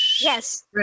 yes